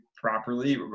properly